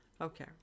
Okay